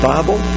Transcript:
Bible